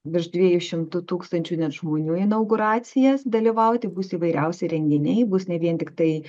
virš dviejų šimtų tūkstančių net žmonių į inauguracijas dalyvauti bus įvairiausi renginiai bus ne vien tik tai